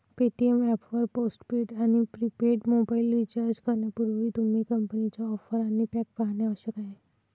Paytm app वर post paid आणि prepaid mobile recharge करण्यापूर्वी, तुम्ही कंपनीच्या ऑफर आणि पॅक पाहणे आवश्यक आहे